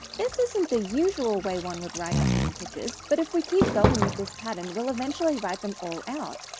this isn't the usual way one would write out the integers but if we keep going with this pattern we'll eventually write them all out,